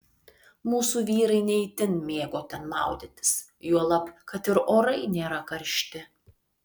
mūsų vyrai ne itin mėgo ten maudytis juolab kad ir orai nėra karšti